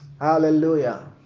Hallelujah